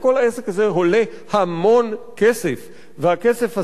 וכל העסק הזה עולה המון כסף, והכסף הזה,